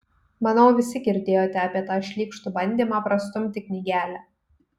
manau visi girdėjote apie tą šlykštų bandymą prastumti knygelę